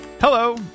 Hello